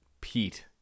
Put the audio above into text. Pete